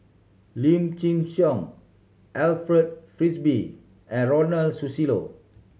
Lim Chin Siong Alfred Frisby and Ronald Susilo